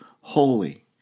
holy